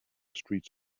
streets